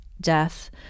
death